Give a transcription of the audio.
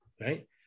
right